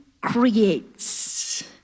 creates